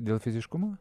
dėl fiziškumo